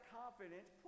confidence